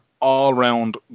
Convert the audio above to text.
all-round